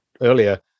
earlier